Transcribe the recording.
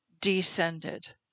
descended